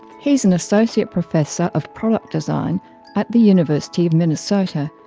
he's an associate professor of product design at the university of minnesota,